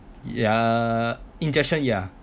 ya injection yeah